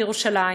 בירושלים,